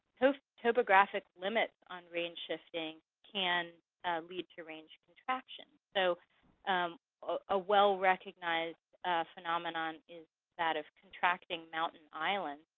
those topographic limits on range shifting can lead to range contractions. so a wellrecognized phenomenon is that of contracting mountain island,